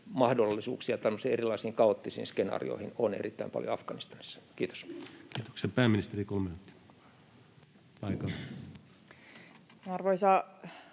mahdollisuuksia tämmöisiin erilaisiin kaoottisiin skenaarioihin on erittäin paljon Afganistanissa. — Kiitos. Kiitoksia. — Pääministerin kommentti, paikalta. Arvoisa